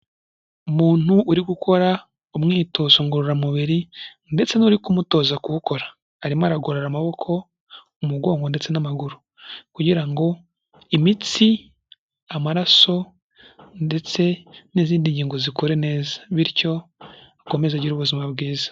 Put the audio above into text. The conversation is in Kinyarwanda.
Umuntu uri gukora umwitozo ngororamubiri ndetse n'uri kumutoza kuwukora. Arimo aragorora amaboko, umugongo ndetse n'amaguru. Kugira ngo imitsi, amaraso ndetse n'izindi ngingo zikore neza. Bityo akomeze agire ubuzima bwiza.